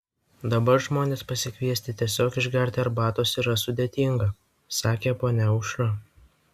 dabar žmones pasikviesti tiesiog išgerti arbatos yra sudėtinga sakė ponia aušra